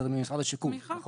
זה משרד השיכון,